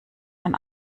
man